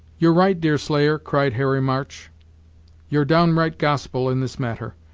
you're right, deerslayer, cried harry march you're downright gospel in this matter,